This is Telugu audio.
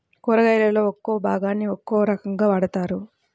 కూరగాయలలో ఒక్కో భాగాన్ని ఒక్కో రకంగా వాడతారు